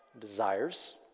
desires